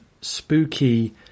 spooky